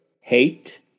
hate